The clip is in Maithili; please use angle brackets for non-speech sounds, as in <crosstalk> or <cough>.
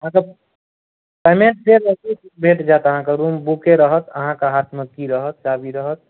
मतलब <unintelligible> भेट जायत अहाँकेँ रूम बुके रहत अहाँके हाथमे की रहत चाभी रहत